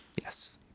Yes